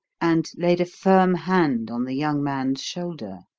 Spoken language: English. and laid a firm hand on the young man's shoulder.